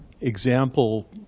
example